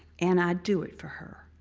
and i'd do it for her.